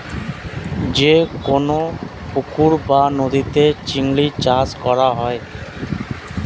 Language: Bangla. যে কোন পুকুর বা নদীতে চিংড়ি চাষ করা হয়